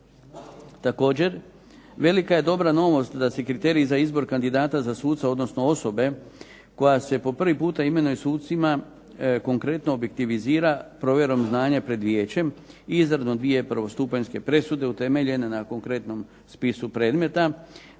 Također velika je dobra novost da se kriteriji za izbor kandidata za suca, odnosno osobe koja se po prvi puta imenuje sucima konkretno objektivizira provjerom znanja pred vijećem, …/Ne razumije se./… dvije prvostupanjske presude utemeljene na konkretnom spisu predmeta,